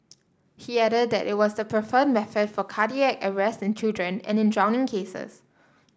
he added that it was the preferred method for cardiac arrest in children and in drowning cases